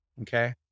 Okay